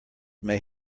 may